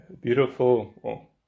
beautiful